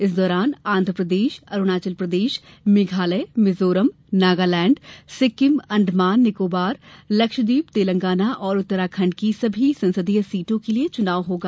इस दौरान आंध्र प्रदेश अरूणाचल प्रदेश मेघालय मिजोरम नगालैंड सिक्किम अंडमान निकोबार लक्षद्वीप तेलंगाना और उत्तराखंड की सभी संसदीय सीटों के लिए चुनाव होगा